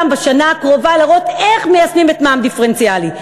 בשנה הקרובה לראות איך מיישמים מע"מ דיפרנציאלי.